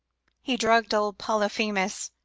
he drugged old polyphemus,